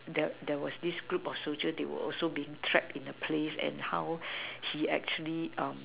there there was this group soldiers they were also being trapped in a place and how he actually um